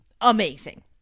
amazing